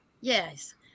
Yes